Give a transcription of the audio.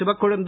Sivakozhundhu